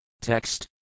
Text